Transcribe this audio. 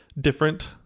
different